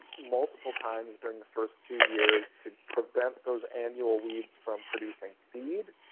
multiple times during the first two years to prevent those annual weeds from producing seed.